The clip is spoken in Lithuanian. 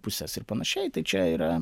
puses ir panašiai tai čia yra